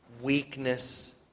weakness